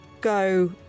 go